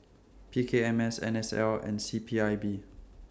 P K M S N S L and C P I B